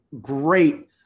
great